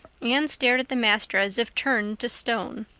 anne stared at the master as if turned to stone.